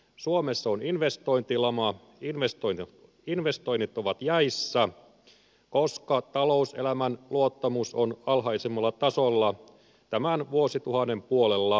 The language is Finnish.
suomessa on investointilama investoinnit ovat jäissä koska talouselämän luottamus on alhaisimmalla tasolla tämän vuosituhannen puolella